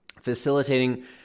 facilitating